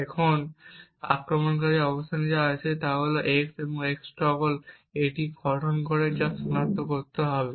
এখন আক্রমণকারীর অবস্থানে যা আছে এই দুটি মান x এবং x এটি গঠন করে তাকে সনাক্ত করতে হবে